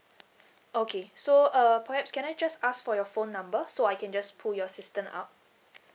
okay so uh perhaps can I just ask for your phone number so I can just pull your system out